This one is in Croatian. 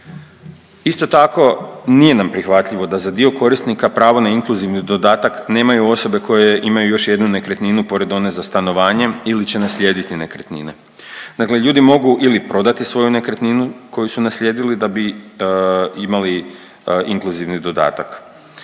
Isto tako nije nam prihvatljivo da za dio korisnika pravo na inkluzivni dodatak nemaju osobe koje imaju još jednu nekretninu pored one za stanovanje ili će naslijediti nekretnine. Dakle, ljudi mogu ili prodati svoju nekretninu koju su naslijedili da bi imali inkluzivni dodatak.